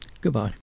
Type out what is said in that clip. Goodbye